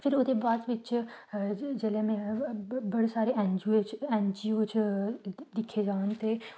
ते चलो ओह्दे बाद बिच जेल्लै में बड़े सारे एनजीओ च दिक्खे दा ते